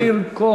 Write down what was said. השר מאיר כהן.